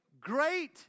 great